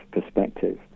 perspective